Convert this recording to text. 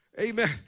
Amen